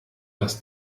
das